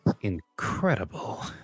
incredible